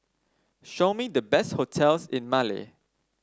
show me the best hotels in Male